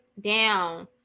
down